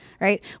right